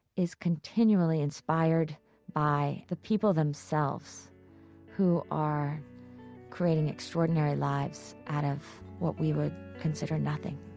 is continually inspired by the people themselves who are creating extraordinary lives out of what we would consider nothing